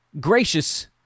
gracious